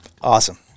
Awesome